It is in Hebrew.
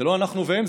זה לא אנחנו והם.